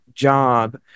job